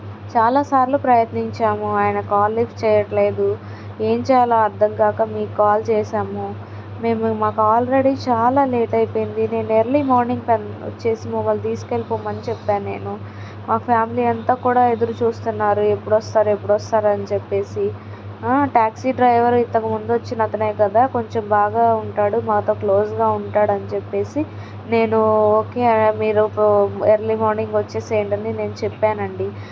చాలాసార్లు ప్రయత్నించాము ఆయన కాల్ లిఫ్ట్ చేయట్లేదు ఏం చేయాలో అర్థం కాక మీకు కాల్ చేసాము మేము మాకు ఆల్రెడీ చాలా లేట్ అయిపోయింది నేను ఎర్లీ మార్నింగ్ వచ్చి మమ్మల్ని తీసుకు వెళ్ళిపొమ్మని చెప్పాను నేను మా ఫ్యామిలీ అంతా కూడా ఎదురు చూస్తున్నారు ఎప్పుడు వస్తారు ఎప్పుడు వస్తారు అని చెప్పి ట్యాక్సీ డ్రైవర్ ఇంతకుముందు వచ్చిన అతను కదా కొంచెం బాగా ఉంటాడు మాతో క్లోజ్గా ఉంటాడు అని చెప్పి నేను ఓకే మీరు ఎర్లీ మార్నింగ్ వచ్చేయండి నేను చెప్పానండి